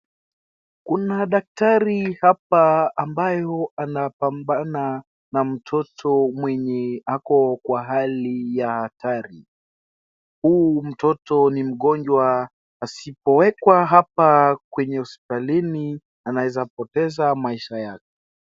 Kuna daktari hapa ambayo anapambana hapa na mtoto ambayo ako kwa hali ya hatari. Huu mtoto ni mgonjwa asipowekwa hapa hospitalini anaweza poteza maisha yake.